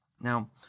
Now